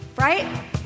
Right